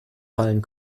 fallen